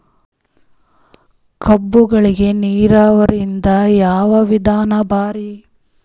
ಕಬ್ಬುಗಳಿಗಿ ನೀರಾವರಿದ ಯಾವ ವಿಧಾನ ಭಾರಿ?